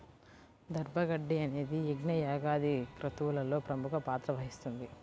దర్భ గడ్డి అనేది యజ్ఞ, యాగాది క్రతువులలో ప్రముఖ పాత్ర వహిస్తుంది